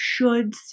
shoulds